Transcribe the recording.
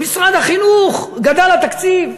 במשרד החינוך גדל התקציב.